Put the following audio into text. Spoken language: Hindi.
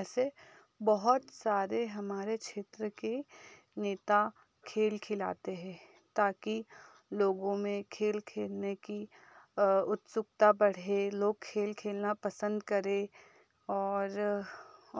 ऐसे बहुत सारे हमारे क्षेत्र के नेता खेल खिलाते हैं ताकि लोगों में खेल खेलने की उत्सुकता बढ़े लोग खेल खेलना पसंद करें और